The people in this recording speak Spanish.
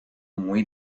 muy